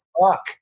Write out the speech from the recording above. fuck